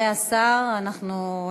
אחרי דברי השר אנחנו נצביע.